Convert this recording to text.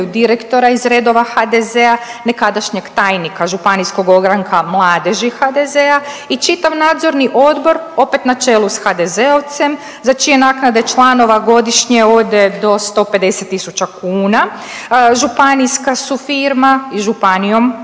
direktora iz redova HDZ-a nekadašnjeg tajnika županijskog ogranka mladeži HDZ-a i čitav nadzorni odbor opet na čelu sa HDZ-ovcem za čije naknade članova godišnje ode do 150.000 kuna, županijska su firma i županijom